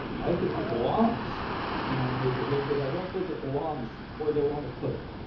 i think it belongs in our neighborhood, but i don't think it belongs where they want to put it.